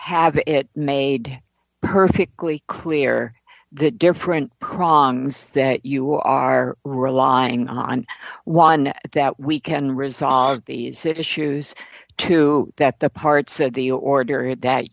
have it made perfect really clear that different prongs that you are relying on one that we can resolve these issues too that the parts of the order it that